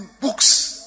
books